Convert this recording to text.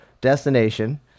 destination